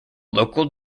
local